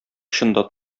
очында